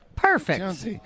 Perfect